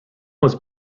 was